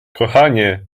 kochanie